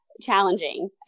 challenging